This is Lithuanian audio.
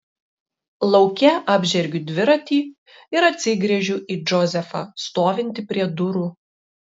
lauke apžergiu dviratį ir atsigręžiu į džozefą stovintį prie durų